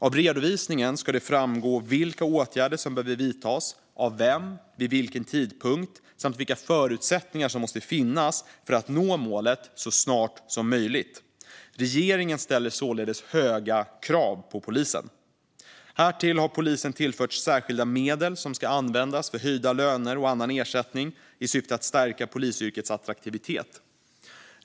Av redovisningen ska framgå vilka åtgärder som behöver vidtas, av vem och vid vilken tidpunkt samt vilka förutsättningar som måste finnas för att nå målet så snart som möjligt. Regeringen ställer således höga krav på polisen. Härtill har polisen tillförts särskilda medel som ska användas för höjda löner och annan ersättning i syfte att stärka polisyrkets attraktivitet.